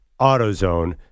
AutoZone